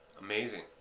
Amazing